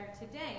today